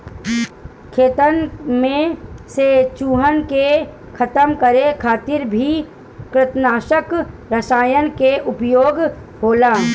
खेतन में से चूहन के खतम करे खातिर भी कृतंकनाशक रसायन के उपयोग होला